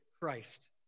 Christ